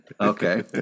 Okay